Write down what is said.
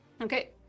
Okay